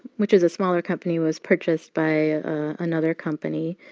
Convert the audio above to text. which is a smaller company, was purchased by another company.